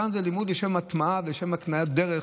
כאן זה לימוד לשם הטמעה ולשם הקניית דרך